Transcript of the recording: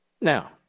Now